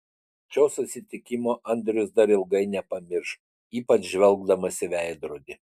šio susitikimo andrius dar ilgai nepamirš ypač žvelgdamas į veidrodį